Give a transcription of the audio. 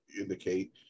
indicate